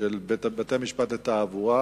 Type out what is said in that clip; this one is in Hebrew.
של בתי-משפט לתעבורה,